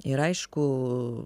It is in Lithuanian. ir aišku